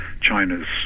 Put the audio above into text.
China's